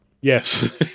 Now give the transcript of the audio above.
Yes